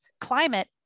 climate